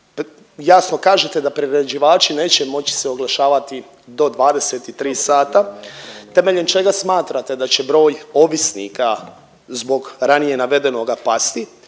jasno kažete da priređivači neće moći se oglašavati do 23 sati. Temeljem čega smatrate da će broj ovisnika zbog ranije navedenoga pasti,